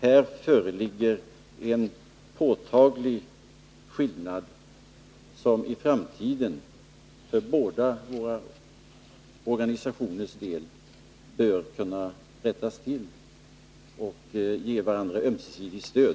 Här föreligger en påtaglig skillnad. Detta bör i framtiden rättas till för båda organisationernas del, och de bör ge varandra ömsesidigt stöd.